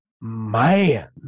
Man